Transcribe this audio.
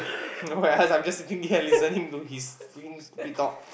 oh yeah I'm just sitting here listening to his freaking stupid talk